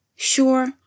Sure